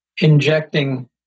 injecting